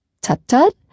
Tut-tut